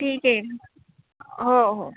ठीक आहे हो